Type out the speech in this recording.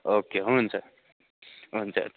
okay हुन्छ हुन्छ